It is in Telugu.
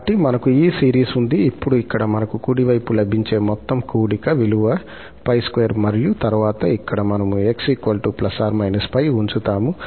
కాబట్టి మనకు ఈ సిరీస్ ఉంది ఇప్పుడు ఇక్కడ మనకు కుడి వైపు లభించే మొత్తం కూడిక విలువ 𝜋2 మరియు తరువాత ఇక్కడ మనము 𝑥 ± 𝜋 ఉంచుతాము